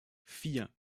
vier